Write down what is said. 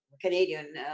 Canadian